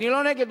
אני לא נגד,